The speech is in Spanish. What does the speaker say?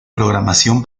programación